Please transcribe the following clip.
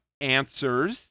Answers